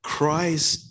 Christ